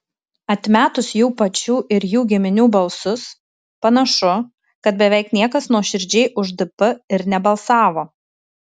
atmetus jų pačių ir jų giminių balsus panašu kad beveik niekas nuoširdžiai už dp ir nebalsavo